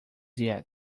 yet